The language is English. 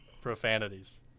profanities